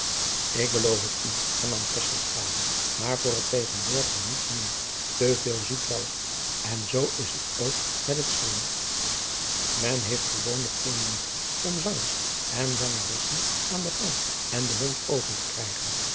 ik beloof het u hernam tesselschade maar voor het tegenwoordige niets meer te veel zoet walgt en zoo is het ook met het zingen men heeft gewoonlijk veel moeite om zangers en zangeressen aan den gang en den mond open te krijgen